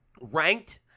ranked